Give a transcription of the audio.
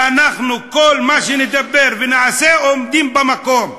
ואנחנו, כל מה שנדבר ונעשה, עומדים במקום.